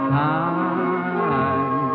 time